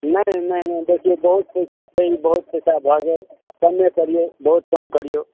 नहि नहि नहि देखियौ बहुत पैसा छै बहुत पैसा भय जाइ कम्मे करियौ बहुत कम करियौ